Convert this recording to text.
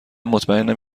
مطمئنم